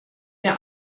der